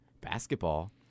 basketball